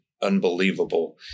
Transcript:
unbelievable